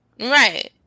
right